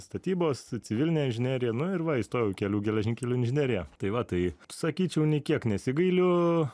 statybos civilinė inžinerija nu ir va įstojau į kelių geležinkelių inžinerija tai va tai sakyčiau nei kiek nesigailiu